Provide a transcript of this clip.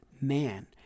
Man